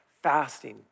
Fasting